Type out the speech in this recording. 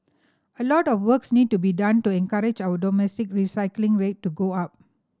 a lot of works need to be done to encourage our domestic recycling rate to go up